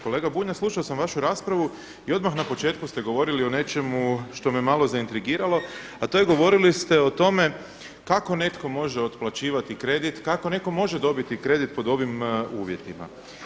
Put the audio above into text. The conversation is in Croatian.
Kolega Bunjac, slušao sam vaš raspravu i odah na početku ste govorili o nečemu što me malo zaintrigiralo, a to je govorili ste o tome kako netko može otplaćivati kredit, kako neko može dobiti kredit pod ovim uvjetima.